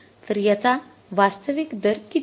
तर याचा वास्तविक दर किती असेल